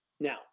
Now